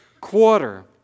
quarter